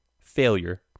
failure